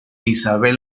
isabel